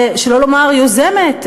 שלא לומר יוזמת,